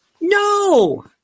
No